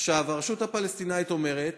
עכשיו, הרשות הפלסטינית אומרת: